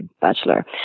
bachelor